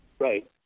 Right